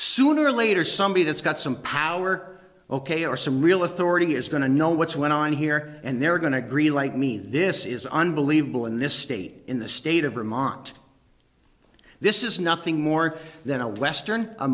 sooner or later somebody that's got some power ok or some real authority is going to know what's went on here and they're going to agree like me this is unbelievable in this state in the state of vermont this is nothing more than a western a